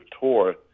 tour